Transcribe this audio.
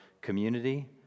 community